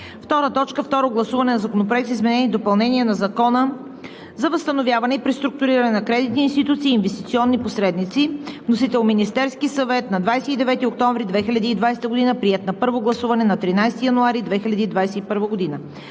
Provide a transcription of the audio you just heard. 2. Второ гласуване на Законопроекта за изменение и допълнение на Закона за възстановяване и преструктуриране на кредитни институции и инвестиционни посредници. Вносител – Министерският съвет на 29 октомври 2020 г., приет на първо гласуване на 13 януари 2021 г.